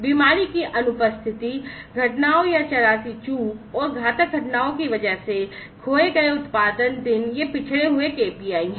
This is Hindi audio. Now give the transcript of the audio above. बीमारी की अनुपस्थिति घटनाओं या ज़रा सी चूक और घातक घटनाओं की वजह से खोए गए उत्पादन दिन ये पिछड़े हुए KPI हैं